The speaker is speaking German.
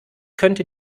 könnte